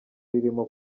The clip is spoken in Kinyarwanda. ririmo